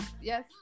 Yes